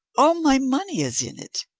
all my money is in it.